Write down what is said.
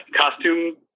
costume